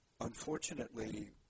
Unfortunately